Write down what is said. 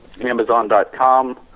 Amazon.com